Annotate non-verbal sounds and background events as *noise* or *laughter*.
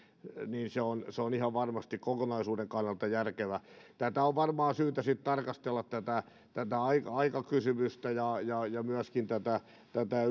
niin se on se on ihan varmasti kokonaisuuden kannalta järkevä on varmaan syytä sitten tarkastella tätä tätä aikakysymystä ja ja myöskin tätä tätä *unintelligible*